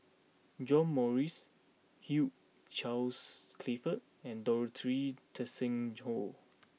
John Morrice Hugh Charles Clifford and Dorothy Tessensohn